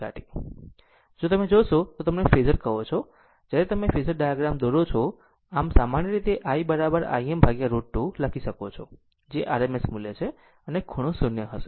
આમ જો તમે જોશો તો તમે જેને ફેઝર કહો છો જ્યારે તમે ફેઝર ડાયાગ્રામ દોરો છો આમ સામાન્ય રીતે i im √ 2 લખી શકો છો જે RMS મૂલ્ય છે અને તેનો ખૂણો 0 o હશે